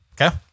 Okay